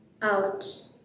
out